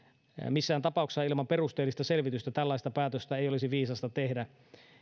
missään tapauksessa ilman perusteellista selvitystä tällaista päätöstä ei olisi viisasta tehdä